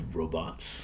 robots